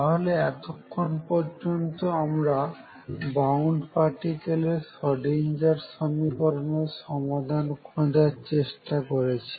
তাহলে এতক্ষণ পর্যন্ত আমরা বাউন্ড পার্টিকেলের সোডিঞ্জার সমীকরণের সমাধান খোঁজার চেষ্টা করেছি